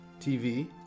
TV